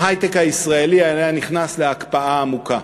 ההיי-טק הישראלי היה נכנס להקפאה עמוקה,